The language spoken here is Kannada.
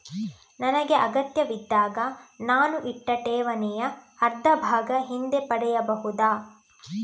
ನನಗೆ ಅಗತ್ಯವಿದ್ದಾಗ ನಾನು ಇಟ್ಟ ಠೇವಣಿಯ ಅರ್ಧಭಾಗ ಹಿಂದೆ ಪಡೆಯಬಹುದಾ?